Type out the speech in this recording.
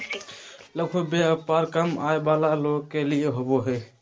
लघु व्यापार कम आय वला लोग के लिए होबो हइ